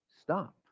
stop